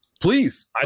Please